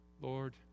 Lord